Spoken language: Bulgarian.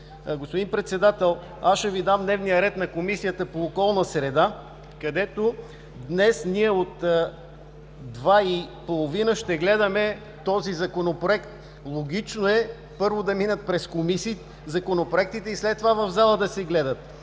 Господин Председател, ще Ви дам дневния ред на Комисията по околна среда, където днес от 14,30 ч. ще гледаме този Законопроект. Логично е първо да минат през комисии законопроектите и след това да се гледат